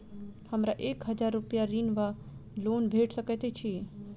हमरा एक हजार रूपया ऋण वा लोन भेट सकैत अछि?